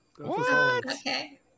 Okay